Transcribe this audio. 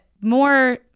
More